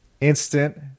instant